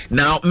Now